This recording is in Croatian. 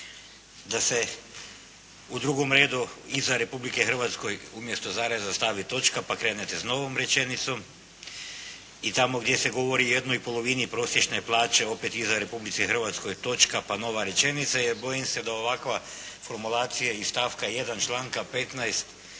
da se u drugom redu iza Republike Hrvatskoj umjesto zareza stavi točka pa krenete s novom rečenicom. I tako gdje se govori o 1/2 prosječne plaće, opet iza Republici Hrvatskoj, točka pa nova rečenica jer bojim se da ovakva formulacija iz stavka 1. članka 15.